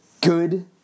good